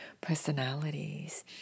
personalities